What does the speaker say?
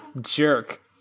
jerk